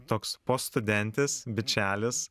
toks po studentis bičelis